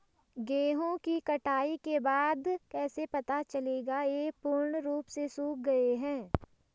गेहूँ की कटाई के बाद कैसे पता चलेगा ये पूर्ण रूप से सूख गए हैं?